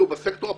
בסקטור הפרטי,